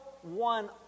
one